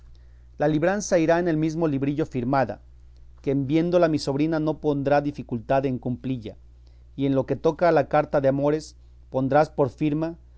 la libranza irá en el mesmo librillo firmada que en viéndola mi sobrina no pondrá dificultad en cumplilla y en lo que toca a la carta de amores pondrás por firma